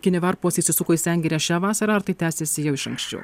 kinivarpos įsisuko į sengirę šią vasarą ar tai tęsėsi jau iš anksčiau